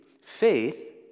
faith